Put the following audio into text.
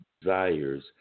desires